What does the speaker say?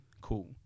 cool